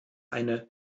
eine